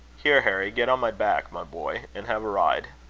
here, harry, get on my back, my boy, and have a ride.